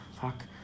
Fuck